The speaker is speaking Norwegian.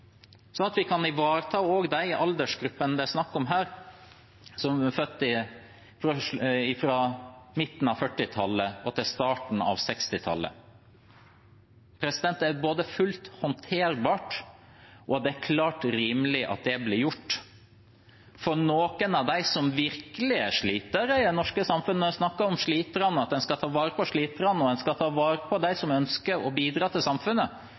sånn at vi kan ivareta også de aldersgruppene det er snakk om her, som er født fra midten av 1940-tallet og til starten av 1960-tallet. Det er både fullt håndterbart og klart rimelig at det blir gjort. En snakker om sliterne, at en skal ta vare på sliterne, en skal ta vare på dem som ønsker å bidra til samfunnet.